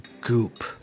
goop